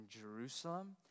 Jerusalem